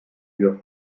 wir